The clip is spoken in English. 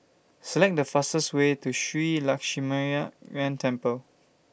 Select The fastest Way to Shree Lakshminarayanan Temple